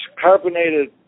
carbonated